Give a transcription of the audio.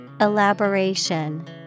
Elaboration